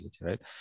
right